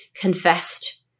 confessed